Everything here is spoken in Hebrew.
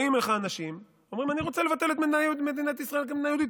באים אליך אנשים ואומרים: אני רוצה לבטל את מדינת ישראל כמדינה יהודית,